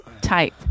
type